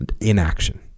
inaction